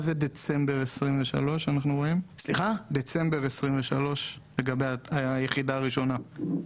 מה זה דצמבר 2023 שאנחנו רואים לגבי היחידה הראשונה?